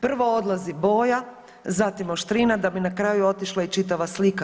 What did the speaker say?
Prvo odlazi boja, zatim oštrina da bi na kraju otišla i čitava slika.